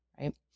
right